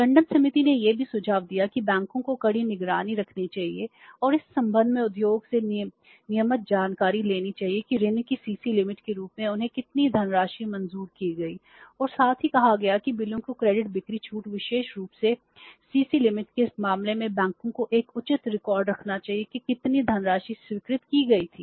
टंडन समिति ने यह भी सुझाव दिया कि बैंकों को कड़ी निगरानी रखनी चाहिए और इस संबंध में उद्योग से नियमित जानकारी लेनी चाहिए कि ऋण की सीसी सीमा रखना चाहिए कि कितनी धनराशि स्वीकृत की गई थी